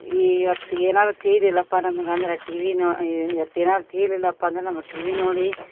ಇವತ್ತಿಗೆ ಏನಾದರು ತೀರಿಲ್ಲಪ್ಪ ನಮಗ ಅಂದರ ಟಿವಿ ನೊ ಇವತ್ತು ಏನಾದರು ತೀರಿಲ್ಲಪಾ ಅಂದರೆ ನಮಗೆ ಟಿವಿ ನೋಡಿ